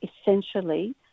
essentially